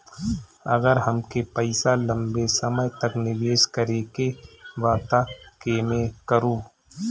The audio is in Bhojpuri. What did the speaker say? अगर हमके पईसा लंबे समय तक निवेश करेके बा त केमें करों?